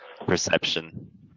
Perception